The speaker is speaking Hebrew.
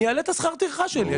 אני אעלה את שכר הטרחה שלי.